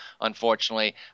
unfortunately